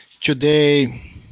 Today